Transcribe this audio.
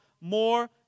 more